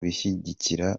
bishyigikira